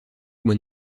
mois